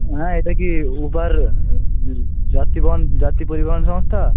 হ্যাঁ এটা কি উবার যাত্রী বহন যাত্রী পরিবহণ সংস্থা